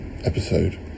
episode